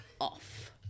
off